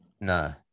No